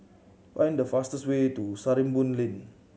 find the fastest way to Sarimbun Lane